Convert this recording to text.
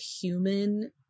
human